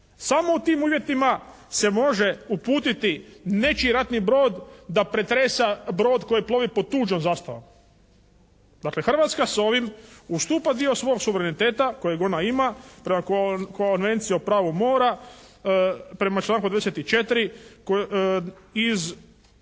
Samo u tim uvjetima se može uputiti nečiji ratni brod da pretresa brod koji plovi pod tuđom zastavom. Dakle Hrvatska s ovim ustupa dio svog suvereniteta kojeg ona ima prema Konvenciji o pravu mora, prema članku 34. iz reda